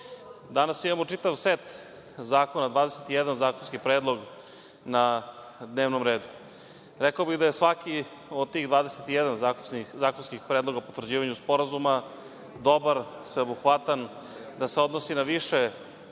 danas imamo čitav set zakona, 21 zakonski predlog na dnevnom redu. Rekao bih da je svaki od 21 zakonskih predloga o potvrđivanju sporazuma dobar, sveobuhvatan, da se odnosi na više